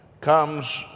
comes